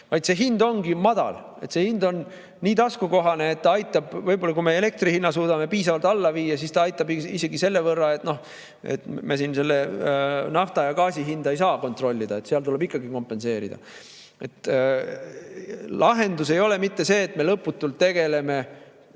vaid see hind ongi madal, see hind on taskukohane. Võib-olla, kui me elektri hinna suudame piisavalt alla viia, siis see aitab selle võrra. Me nafta ja gaasi hinda ei saa kontrollida, seal tuleb ikkagi kompenseerida. Lahendus ei ole mitte see, et me lõputult tegeleme